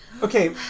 Okay